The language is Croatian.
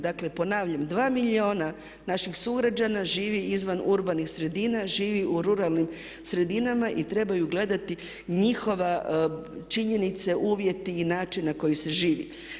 Dakle ponavljam 2 milijuna naših sugrađana živi izvan urbanih sredina, živi u ruralnim sredinama i trebaju gledati njihove činjenice, uvjete i način na koji se živi.